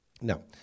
No